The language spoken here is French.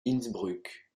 innsbruck